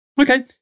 Okay